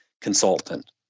consultant